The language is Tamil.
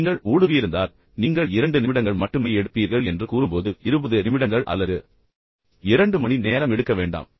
நீங்கள் ஊடுருவியிருந்தால் நீங்கள் 2 நிமிடங்கள் மட்டுமே எடுப்பீர்கள் என்று கூறும்போது 20 நிமிடங்கள் அல்லது 2 மணி நேரம் எடுக்க வேண்டாம்